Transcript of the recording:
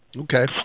Okay